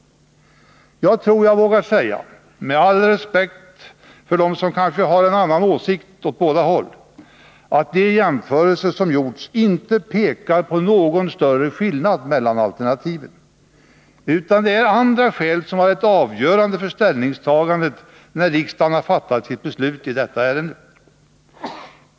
Jag tror att jag, med all respekt för dem som kanske har en annan åsikt, åt båda håll, vågar säga att de jämförelser som har gjorts inte pekar på någon större skillnad mellan alternativen, utan det är andra skäl som varit avgörande för ställningstagandet när riksdagen har fattat sina beslut i detta ärende.